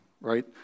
right